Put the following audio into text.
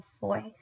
voice